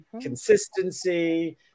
consistency